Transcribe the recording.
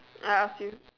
I ask you